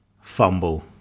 fumble